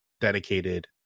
dedicated